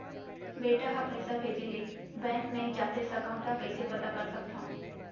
बेटा ह पइसा भेजे हे बैंक नई जाथे सकंव त कइसे पता कर सकथव?